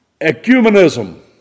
Ecumenism